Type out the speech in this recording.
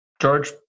George